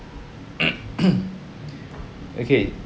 okay